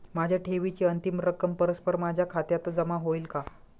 माझ्या ठेवीची अंतिम रक्कम परस्पर माझ्या खात्यात जमा होईल का?